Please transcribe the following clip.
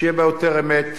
שיהיו בה יותר אמת,